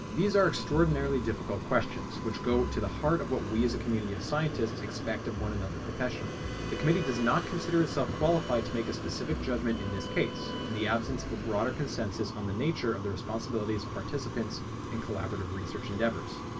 these are extraordinarily difficult questions which go to the heart of what we as a community of scientists expect of one another professionally. the committee does not consider itself qualified to make a specific judgment in this case in the absence of a broader consensus on the nature of the responsibilities of participants in collaborative research endeavors.